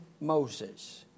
Moses